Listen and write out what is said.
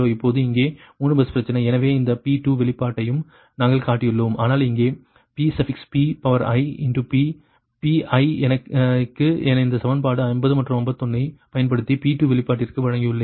இப்போது இங்கே 3 பஸ் பிரச்சனை எனவே இந்த P2 வெளிப்பாட்டையும் நாங்கள் காட்டியுள்ளோம் ஆனால் இங்கே PPP pi க்கு அந்த சமன்பாடு 50 மற்றும் 51 ஐப் பயன்படுத்தி P2 வெளிப்பாட்டிற்கு வழங்கியுள்ளேன்